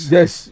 Yes